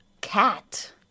cat